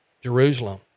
Jerusalem